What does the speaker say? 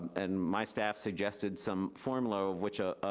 and my staff suggested some formula which,